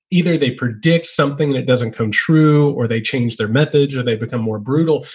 either they predict something that doesn't come true or they change their methods or they become more brutal.